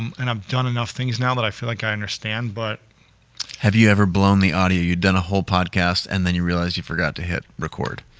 um and i've done enough things now that i feel like i understand, but have you ever blown the audio, you'd done a whole podcast, and then you realize you forgot to hit record?